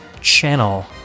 channel